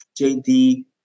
JD